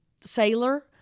sailor